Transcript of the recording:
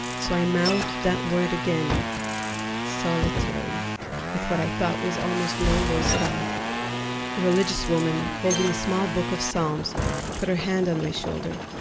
so i mouthed that word again solitary with what i thought was almost no voice at all. a religious woman holding a small book of psalms put her hand on my shoulder.